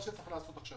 ואז יהיו כלים.